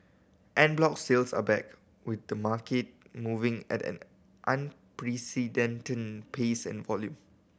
en bloc sales are back with the market moving at an unprecedented pace and volume